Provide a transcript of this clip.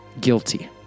guilty